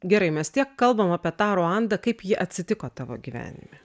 gerai mes tiek kalbam apie tą ruandą kaip ji atsitiko tavo gyvenime